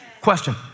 Question